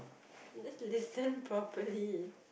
just listen properly